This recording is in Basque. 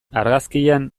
argazkian